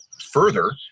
further